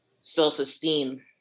self-esteem